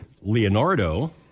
Leonardo